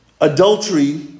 adultery